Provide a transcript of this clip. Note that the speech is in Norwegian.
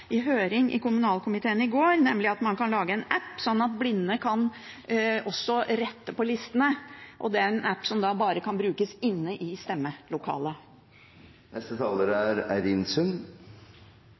i høringen i kommunalkomiteen i går, nemlig at man kan lage en app sånn at blinde også kan rette på listene, og det er en app som da bare kan brukes inne i